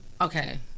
Okay